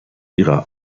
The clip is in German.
ihrer